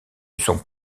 sont